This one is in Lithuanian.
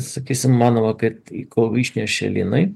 sakysim manoma kad į išnešė lynai